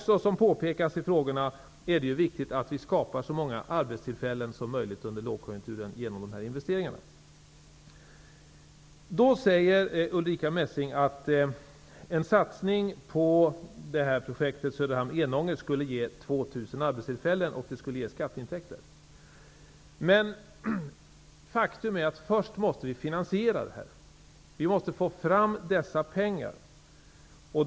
Som påpekades är det också viktigt att vi skapar så många arbetstillfällen som möjligt under denna lågkonjunktur genom dessa investeringar. Ulrica Messing säger att en satsning på projektet arbetstillfällen och skatteintäkter. Men faktum är att vi först måste finansiera det. Vi måste få fram dessa pengar.